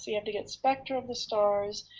you have to get spectra of the stars,